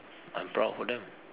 I'm proud for them